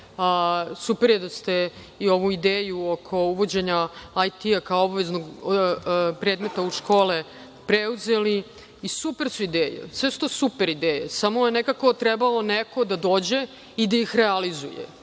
super je da ste i ovu ideju oko uvođenja IT-a kao obaveznog predmeta u škole preuzeli i super su ideje. Sve su to super ideje. Samo je nekako trebalo neko da dođe i da ih realizuje.